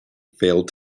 failed